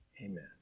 amen